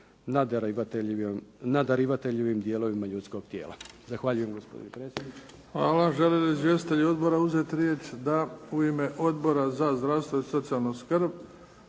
na darivateljevim dijelovima ljudskog tijela. Zahvaljujem gospodine predsjedniče. **Bebić, Luka (HDZ)** Hvala. Žele li izvjestitelji odbora uzeti riječ? Da. U ime Odbora za zdravstvo i socijalnu skrb